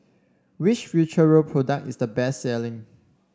which Futuro product is the best selling